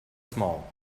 small